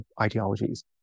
ideologies